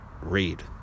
read